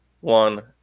one